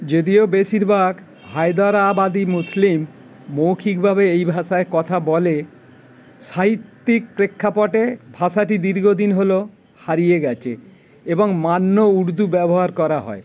যদিও বেশিরভাগ হায়দ্রাবাদি মুসলিম মৌখিকভাবে এই ভাষায় কথা বলে সাহিত্যিক প্রেক্ষাপটে ভাষাটি দীর্ঘদিন হলো হারিয়ে গেছে এবং মান্য উর্দু ব্যবহার করা হয়